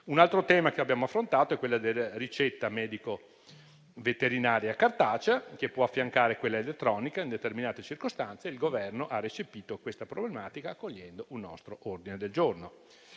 Un altro tema che abbiamo affrontato è quello della ricetta medico-veterinaria cartacea, che può affiancare quella elettronica in determinate circostanze. Il Governo ha recepito questa problematica, accogliendo un nostro ordine del giorno.